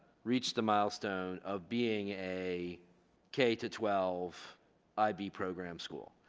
reach the milestone of being a k to twelve ib program school